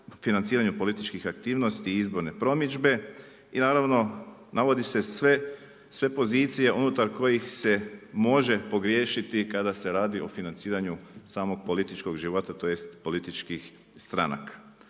financiranju političkih aktivnosti i izborne promidžbe i naravno navodi se sve pozicije unutar koji se može pogriješiti kada se radi o financiranju samog političkog života, tj. političkih stranaka.